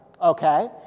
okay